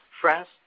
France